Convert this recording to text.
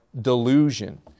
delusion